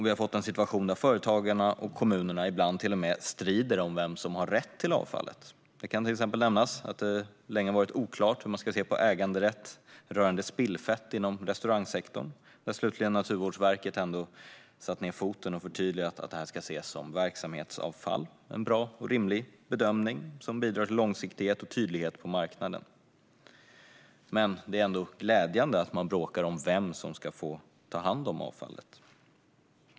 Vi har fått en situation där företagarna och kommunerna ibland till och med strider om vem som har rätt till avfallet. Jag kan till exempel nämna att det länge har varit oklart hur man ska se på äganderätt rörande spillfett inom restaurangsektorn. Slutligen satte Naturvårdsverket ned foten och förtydligade att detta ska ses som verksamhetsavfall. Det är en bra och rimlig bedömning som bidrar till långsiktighet och tydlighet på marknaden. Det är ändå glädjande att man bråkar om vem som ska få ta hand om avfallet.